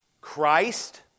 Christ